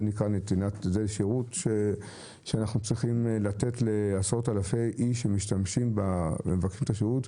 זה מתן שירות שצריכים לתת לעשרות אלפי אנשים שמבקשים את השירות,